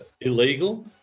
illegal